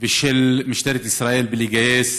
ושל משטרת ישראל בגיוס